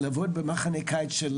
לעבוד במחנה קיץ של